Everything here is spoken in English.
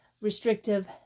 restrictive